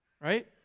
right